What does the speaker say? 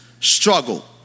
struggle